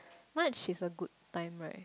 March is a good time right